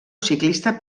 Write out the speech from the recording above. ciclista